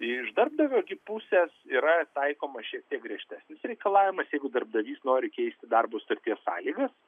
iš darbdavio pusės yra taikomas šiek tiek griežtesnis reikalavimas jeigu darbdavys nori keisti darbo sutarties sąlygas